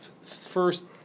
first